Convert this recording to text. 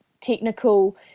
technical